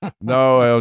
No